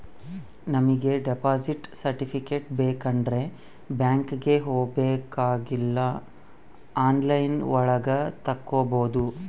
ನಮಿಗೆ deposit certificate ಬೇಕಂಡ್ರೆ ಬ್ಯಾಂಕ್ಗೆ ಹೋಬಾಕಾಗಿಲ್ಲ ಆನ್ಲೈನ್ ಒಳಗ ತಕ್ಕೊಬೋದು